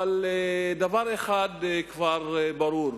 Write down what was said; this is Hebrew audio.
אבל דבר אחד כבר ברור: